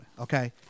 Okay